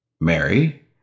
Mary